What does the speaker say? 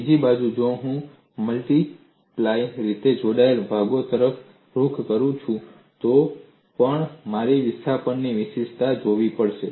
બીજી બાજુ જો હું મુલ્ટિપ્લાય રીતે જોડાયેલ ભાગો તરફ રૂખ કરું તો પણ મારે વિસ્થાપનોની વિશિષ્ટતા જોવી પડશે